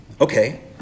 Okay